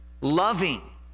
loving